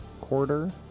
quarter